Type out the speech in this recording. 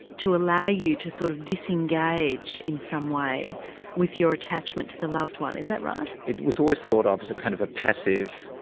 to allow you to sort of disengage in some way with your attachment to the loved one. is that right? it was always thought of as a kind of a passive,